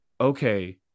okay